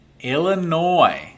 Illinois